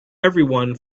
everyone